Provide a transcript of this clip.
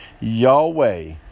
Yahweh